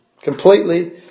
Completely